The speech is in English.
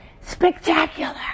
Spectacular